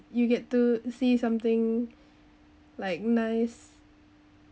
you get to see something like nice